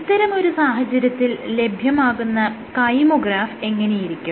ഇത്തരമൊരു സാഹചര്യത്തിൽ ലഭ്യമാകുന്ന കൈമോഗ്രാഫ് എങ്ങനെയിരിക്കും